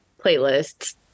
Playlists